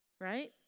right